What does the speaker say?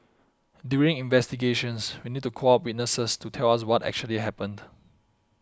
during investigations we need to call up witnesses to tell us what actually happened